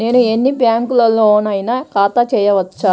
నేను ఎన్ని బ్యాంకులలోనైనా ఖాతా చేయవచ్చా?